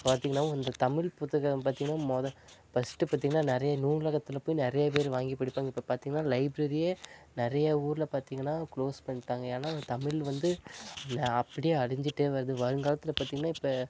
பார்த்திங்கன்னா வந்து தமிழ் புத்தகம் பார்த்திங்கன்னா முத ஃபஸ்ட்டு பார்த்திங்கன்னா நிறைய நூலகத்தில் போய் நிறையா பேர் வாங்கிப் படிப்பாங்க இப்போ பார்த்திங்கன்னா லைப்ரேரியே நிறையா ஊர்ல பார்த்திங்கன்னா க்ளோஸ் பண்ணிட்டாங்கள் ஏன்னா தமிழ் வந்து அப்படியே அழிஞ்சிகிட்டே வருது வருங்காலத்தில் பார்த்திங்கன்னா இப்போ